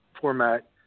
format